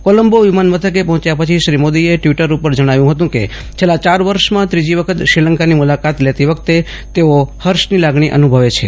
કોલંબો વિમાનમથકે પફોચ્યા પછી શ્રીમોદી એ ટ્વીટ ઉપર જણાવ્યું હતું કે છેલ્લા ચાર વર્ષમાં ત્રીજી વખત શ્રીલંકાની મુલાકાત લેતી વખતે તેઓ ફર્ષ ની લાગણી અનુભવે છે